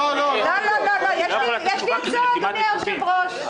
לא לא, יש לי הצעה, אדוני היושב ראש.